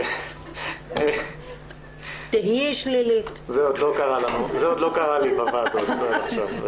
זה עוד לא קרה לי בוועדות.